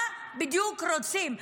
מה בדיוק רוצים?